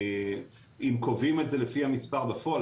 אם קובעים את זה לפי המספר בפועל,